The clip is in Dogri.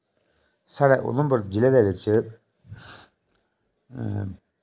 साढ़ै उदमपुर जिले दे बिच